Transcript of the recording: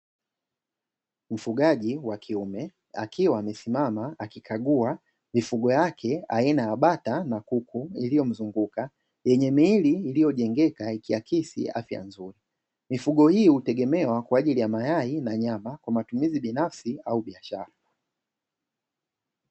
Mfugaji wa kiume akiwa amesimama akikagua mifugo yake aina ya bata na kuku liyomzunguka, yenye miili iliyojengeka ikiakisi afya nzuri. Mifugo hiyo hutegemewa kwa ajili ya mayai na nyama kwa matumizi binafsi au biashara.